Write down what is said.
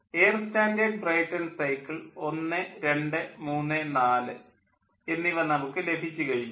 air standard Brayton cycle 1 2 3 4 Air Standard Brayton cycle 1 2 3 4 എന്നിവ നമുക്കു ലഭിച്ചു കഴിഞ്ഞു